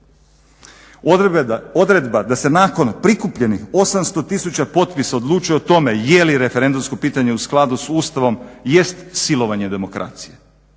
odredba da se nakon prikupljenih 800 tisuća potpisa odlučuje o tome je li referendumsko pitanje u skladu s Ustavom jest silovanje demokracije.